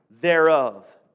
thereof